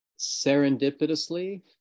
serendipitously